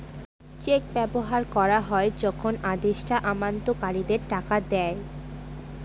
check ব্যবহার করা হয় যখন আদেষ্টা আমানতকারীদের টাকা দেয়